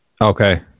Okay